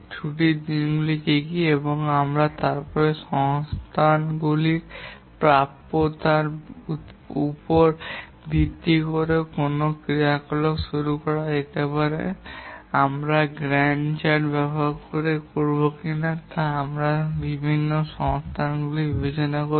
ছুটির দিনগুলি কী কী এবং তারপরে আমরা সংস্থানগুলির প্রাপ্যতার উপর ভিত্তি করে কোনও ক্রিয়াকলাপ শুরু করা যেতে পারে এবং আমরা গ্যান্ট চার্ট ব্যবহার করে করব কিনা তা আমরা সংস্থানগুলি বিবেচনা করি